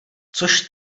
což